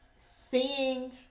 Seeing